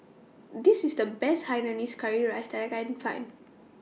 This IS The Best Hainanese Curry Rice that I Can Find